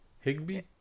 Higby